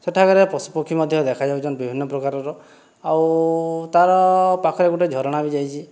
ସେଠାକାରେ ପଶୁପକ୍ଷୀ ମଧ୍ୟ ଦେଖାଯାଉଚନ୍ ବିଭିନ୍ନ ପ୍ରକାରର ଆଉ ତାର ପାଖରେ ଗୋଟିଏ ଝରଣା ବି ଯାଇଛି